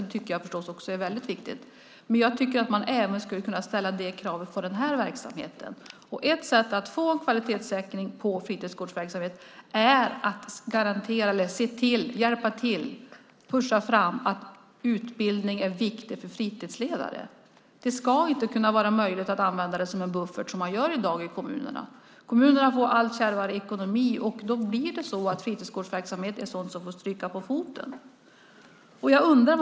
Det tycker jag förstås också är väldigt viktigt, men jag tycker att man även skulle kunna ställa det kravet på den här verksamheten. Ett sätt att få en kvalitetssäkring på fritidsgårdsverksamheten är att säga att utbildning för fritidsledare är viktig. Det ska inte vara möjligt att använda det som en buffert, som man gör i dag i kommunerna. Kommunerna får det allt kärvare ekonomiskt, och då är fritidsgårdsverksamhet sådant som får stryka på foten.